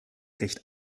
recht